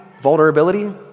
vulnerability